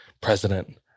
president